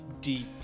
deep